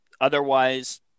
otherwise